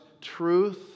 truth